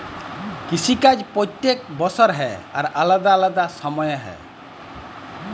কিসি কাজ প্যত্তেক বসর হ্যয় আর আলেদা আলেদা সময়ে হ্যয়